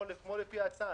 לפי ההצעה.